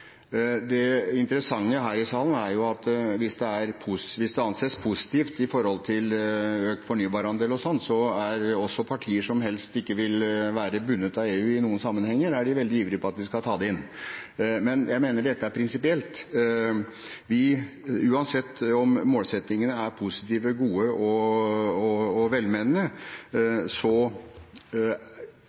Det interessante her i salen er jo at hvis det anses positivt i forhold til økt fornybarandel og slikt, er også partier som helst ikke vil være bundet av EU i noen sammenhenger, veldig ivrige på at vi skal ta det inn. Men jeg mener dette er prinsipielt. Uansett om målsettingene er positive, gode og velmenende, mener jeg vi må vurdere om ikke det er utenfor EØS-avtalen, så